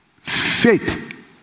Faith